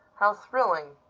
how thrilling!